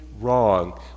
wrong